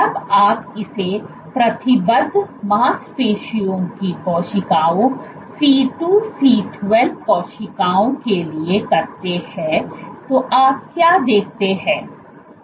जब आप इसे प्रतिबद्ध मांसपेशियों की कोशिकाओं C2C12 कोशिकाओं के लिए करते हैं तो आप क्या देखते हैं